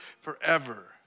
forever